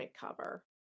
cover